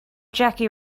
jackie